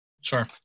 Sure